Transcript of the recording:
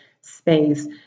space